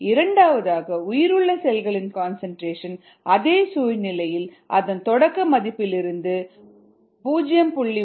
b இரண்டாவதாக உயிருள்ள செல்களின் கன்சன்ட்ரேஷன் அதே சூழ்நிலையில் அதன் தொடக்க மதிப்பில் இருந்து 0